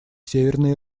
северной